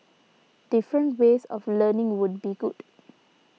different ways of learning would be good